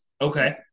Okay